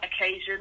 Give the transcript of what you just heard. occasion